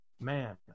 Man